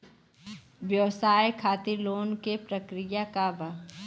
व्यवसाय खातीर लोन के प्रक्रिया का बा?